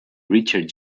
richard